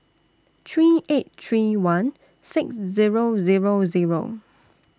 three eight three one six Zero Zero Zero